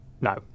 No